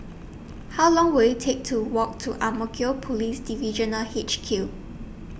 How Long Will IT Take to Walk to Ang Mo Kio Police Divisional H Q